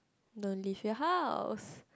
don't leave your house